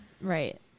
Right